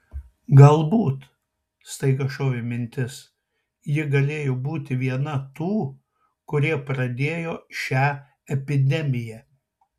galbūt staiga šovė mintis ji galėjo būti viena tų kurie pradėjo šią epidemiją